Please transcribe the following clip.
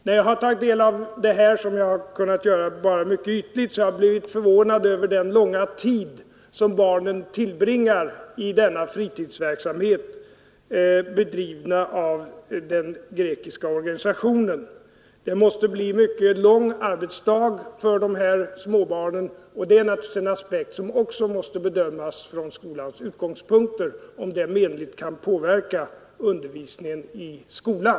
När jag tagit del av den verksamhet som vi nu diskuterar — jag har bara kunnat göra det mycket ytligt har jag blivit förvånad över den långa tid som barnen tillbringar i denna fritidsverksamhet, bedriven av den grekiska organisationen. Det måste bli en mycket lång arbetsdag för de här småbarnen, och det är naturligtvis en aspekt som också måste bedömas från skolans utgångspunkter om det menligt kan påverka undervisningen i skolan.